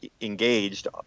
engaged